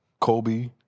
Kobe